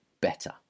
better